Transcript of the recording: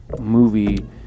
movie